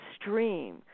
stream